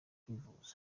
kwivuza